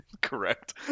Correct